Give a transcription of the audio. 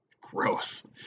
gross